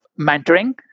mentoring